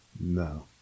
no